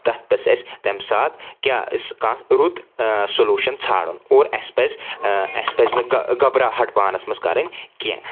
تَتھ پزِ اَسہِ تمہِ ساتہٕ کیاہ کانٛہہ رُت سولوشن ژھانڈُن اور اَسہِ پَزِ اسہِ پزِ نہٕ گبراہٹ پانٛس منٛز کرٕنۍ کینٛہہ